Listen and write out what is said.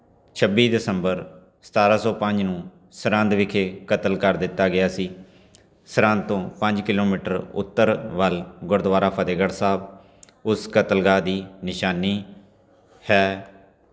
ਛੱਬੀ ਦਸੰਬਰ ਸਤਾਰ੍ਹਾਂ ਸੌ ਪੰਜ ਨੂੰ ਸਰਹੰਦ ਵਿਖੇ ਕਤਲ ਕਰ ਦਿੱਤਾ ਗਿਆ ਸੀ ਸਰਹੰਦ ਤੋਂ ਪੰਜ ਕਿਲੋਮੀਟਰ ਉੱਤਰ ਵੱਲ ਗੁਰਦੁਆਰਾ ਫਤਹਿਗੜ੍ਹ ਸਾਹਿਬ ਉਸ ਕਤਲਗਾਹ ਦੀ ਨਿਸ਼ਾਨੀ ਹੈ